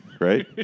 Right